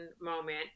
moment